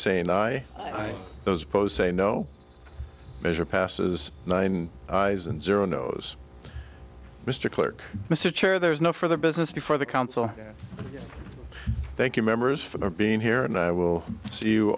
saying i i those pows say no measure passes nine zero knows mr clerk mr chair there is no further business before the council thank you members for being here and i will see you